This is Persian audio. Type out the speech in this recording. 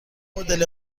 مدل